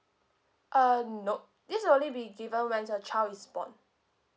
uh nope this will only be given when the child is born